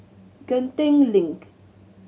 Genting Link